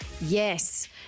Yes